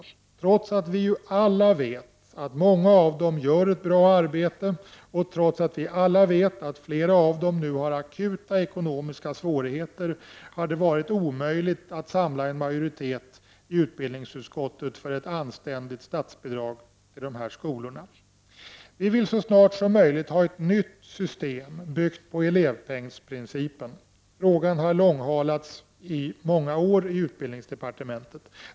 Trots att vi alla vet att många av friskolorna gör ett bra arbete och trots att vi alla vet att flera av dem nu har akuta ekonomiska svårigheter, har det varit omöjligt att samla en majoritet i utbildningsutskottet för ett anständigt statsbidrag till dessa skolor. Vi vill så snart som möjligt ha ett nytt system byggt på elevpengsprincipen. Frågan har långhalats i många år i utbildningsdepartementet.